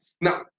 Now